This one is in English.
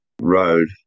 road